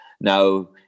Now